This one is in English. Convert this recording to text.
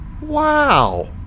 wow